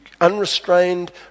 Unrestrained